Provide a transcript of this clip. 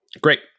Great